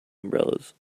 umbrellas